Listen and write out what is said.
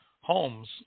homes